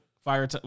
Fire